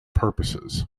purposes